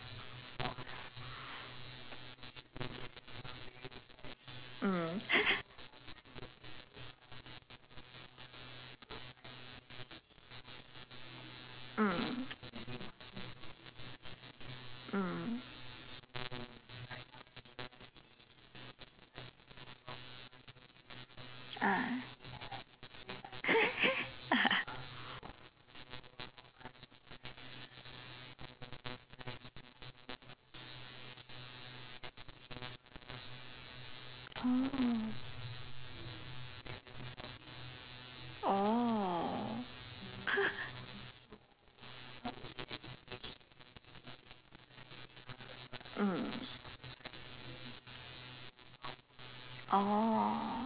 mm mm mm ah oh oh mm oh